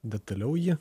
detaliau jį